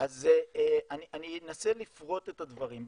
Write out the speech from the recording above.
אני אנסה לפרוט את הדברים.